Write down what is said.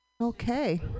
Okay